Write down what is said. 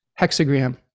hexagram